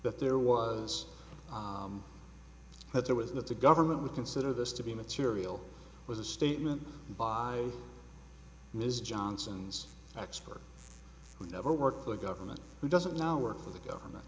that there was that there was that the government would consider this to be material was a statement by ms johnson's expert who never worked for the government who doesn't now work for the government